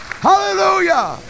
Hallelujah